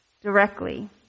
Directly